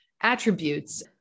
Attributes